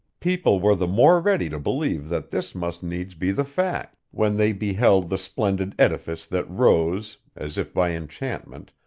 people were the more ready to believe that this must needs be the fact, when they beheld the splendid edifice that rose, as if by enchantment,